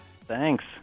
Thanks